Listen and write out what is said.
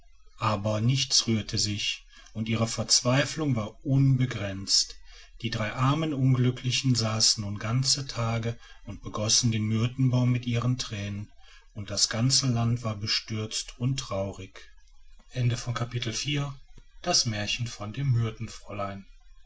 aber nichts rührte sich und ihre verzweiflung war unbegrenzt die drei armen unglücklichen saßen nun ganze tage und begossen den myrtenbaum mit ihren tränen und das ganze land war bestürzt und traurig